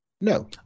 No